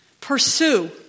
Pursue